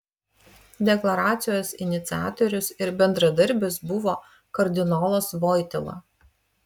deklaracijos iniciatorius ir bendradarbis buvo kardinolas voityla